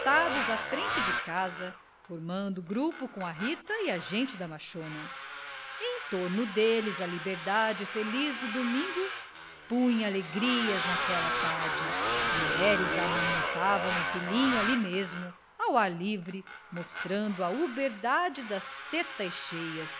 assentados à frente de casa formando grupo com a rita e a gente da machona em torno deles a liberdade feliz do domingo punha alegrias naquela tarde mulheres amamentavam o filhinho ali mesmo ao ar livre mostrando a uberdade das tetas cheias